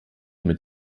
mit